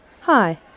Hi